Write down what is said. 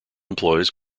employs